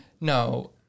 no